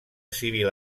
civil